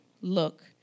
Look